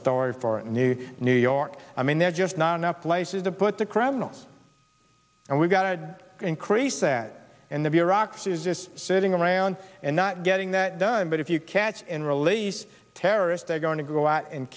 story for new new york i mean they're just not enough places to put the criminals and we've got to increase that and the bureaucracy is just sitting around and not getting that done but if you catch and release terrorists they're going to go out and